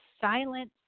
silence